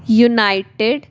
united